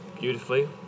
beautifully